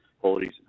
qualities